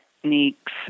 techniques